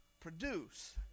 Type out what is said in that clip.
produce